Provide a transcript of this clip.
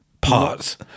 Parts